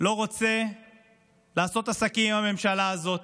לא רוצה לעשות עסקים עם הממשלה הזאת.